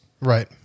Right